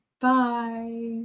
bye